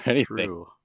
True